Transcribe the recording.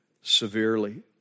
severely